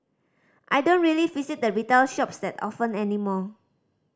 I don't really visit the retail shops that often anymore